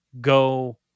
Go